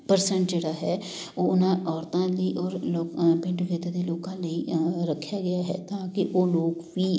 percent ਜਿਹੜਾ ਹੈ ਉਹ ਉਹਨਾ ਔਰਤਾਂ ਦੀ ਔਰ ਲੋਕ ਅ ਪਿੰਡ ਖੇਤਰ ਦੇ ਲੋਕਾਂ ਲਈ ਅ ਰੱਖਿਆ ਗਿਆ ਹੈ ਤਾਂ ਕਿ ਉਹ ਲੋਕ ਵੀ